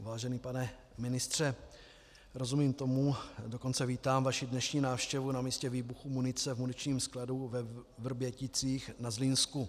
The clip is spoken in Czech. Vážený pane ministře, rozumím tomu, dokonce vítám vaši dnešní návštěvu na místě výbuchu munice v muničním skladu ve Vrběticích na Zlínsku.